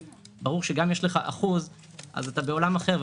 ברור שגם אם יש לך 1% אז אתה בעולם אחר.